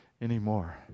anymore